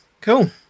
Cool